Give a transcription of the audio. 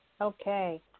Okay